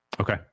Okay